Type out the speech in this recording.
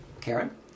Karen